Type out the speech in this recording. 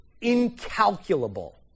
incalculable